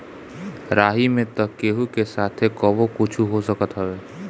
राही में तअ केहू के साथे कबो कुछु हो सकत हवे